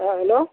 অঁ হেল্ল'